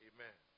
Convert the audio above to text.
Amen